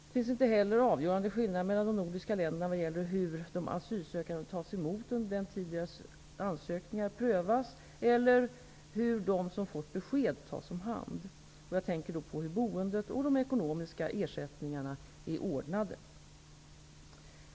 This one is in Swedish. Det finns heller inga avgörande skillnader mellan de nordiska länderna vad gäller hur de asylsökande tas emot under den tid deras ansökningar prövas eller hur de som fått besked tas om hand. Jag tänker då på hur boendet och de ekonomiska ersättningarna är ordnade.